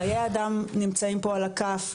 חיי אדם נמצאים פה על הכף,